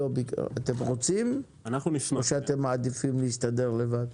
אתם רוצים או שאתם מעדיפים להסתדר לבד?